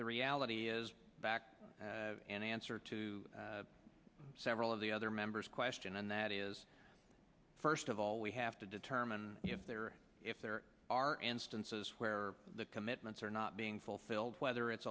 the reality is back and answer to several of the other members question and that is first of all we have to determine if there are if there are and stances where the commitments are not being fulfilled whether it's